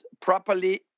properly